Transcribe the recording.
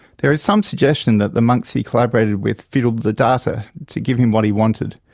there is some suggestion that the monks he collaborated with fiddled the data to give him what he wanted,